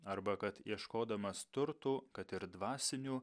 arba kad ieškodamas turtų kad ir dvasinių